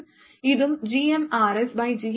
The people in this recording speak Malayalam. ഇതും gmRsgmRs1 എന്ന് എഴുതാം